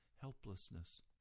helplessness